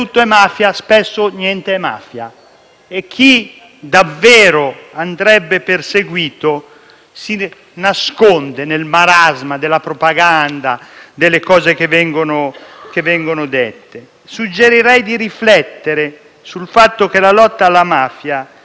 e chi davvero andrebbe perseguito si nasconde nel marasma della propaganda e dellecose che vengono dette. Suggerirei di riflettere sul fatto che la lotta alla mafia deve unire per essere efficace